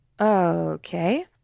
okay